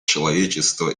человечество